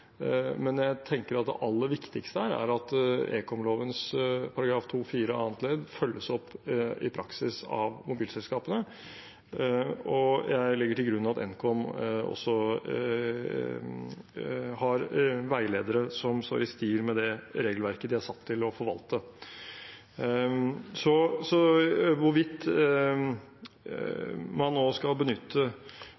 men jeg tenker at det aller viktigste er at ekomloven § 2-4 annet ledd følges opp i praksis av mobilselskapene. Jeg legger til grunn at Nkom også har veiledere som står i stil med det regelverket de er satt til å forvalte. Så hvorvidt